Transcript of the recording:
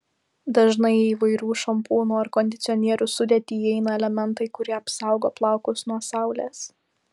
dažnai į įvairių šampūnų ar kondicionierių sudėtį įeina elementai kurie apsaugo plaukus nuo saulės